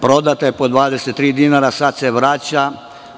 prodata je po 23 dinara, sad se vraća,